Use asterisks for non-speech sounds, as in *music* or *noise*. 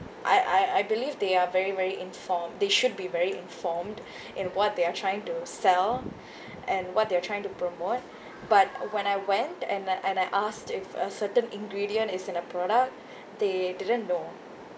I I I believe they are very very informed they should be very informed *breath* in what they are trying to sell *breath* and what they are trying to promote but when I went and then and I asked if a certain ingredient is an a product they didn't know